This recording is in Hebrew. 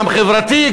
גם חברתי,